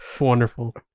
Wonderful